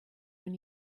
when